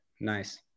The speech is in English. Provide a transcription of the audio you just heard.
nice